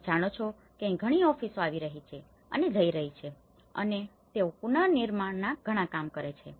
તમે જાણો છો કે અહીં ઘણી ઓફિસો આવી રહી છે અને જઈ રહી છે અને તેઓ પુનર્નિર્માણના ઘણા કામ કરે છે